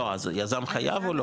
לא, אז היזם חייב, או לא?